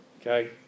Okay